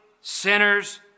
sinners